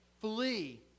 flee